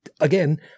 again